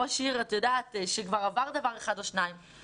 ראש עיר שכבר עבר דבר אחד או שניים,